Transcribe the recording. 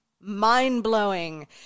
mind-blowing